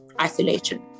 isolation